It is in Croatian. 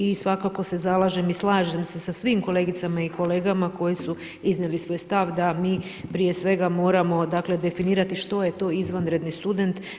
I svakako se zalažem i slažem se sa svim kolegicama i kolegama koji su iznijeli svoj stav da mi prije svega moramo definirati što je to izvanredni student.